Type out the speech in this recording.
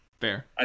Fair